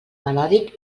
melòdic